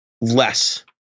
less